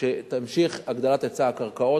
כדי שתימשך הגדלת היצע הקרקעות.